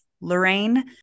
lorraine